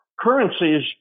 currencies